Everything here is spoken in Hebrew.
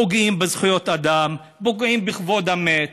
פוגעים בזכויות אדם, פוגעים בכבוד המת.